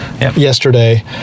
yesterday